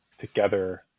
together